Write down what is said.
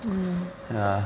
ya